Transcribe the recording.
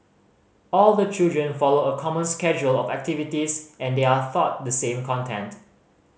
all the children follow a common schedule of activities and they are thought the same content